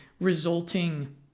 resulting